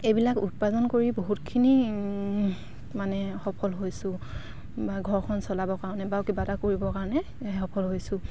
এইবিলাক উৎপাদন কৰি বহুতখিনি মানে সফল হৈছোঁ বা ঘৰখন চলাবৰ কাৰণে বা কিবা এটা কৰিবৰ কাৰণে এই সফল হৈছোঁ